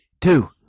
two